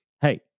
Hey